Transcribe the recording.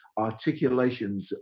articulations